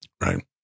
Right